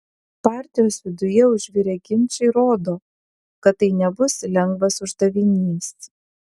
partijos viduje užvirę ginčai rodo kad tai nebus lengvas uždavinys